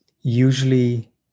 usually